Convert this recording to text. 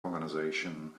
organization